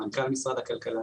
למנכ"ל משרד הכלכלה.